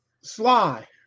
sly